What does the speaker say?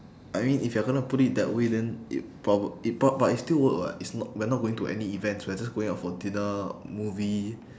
I mean if you're gonna put it that way then it proba~ it pro~ but it'll still work [what] it's not we're not going to any events we're just going out for dinner movie